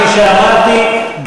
כפי שאמרתי,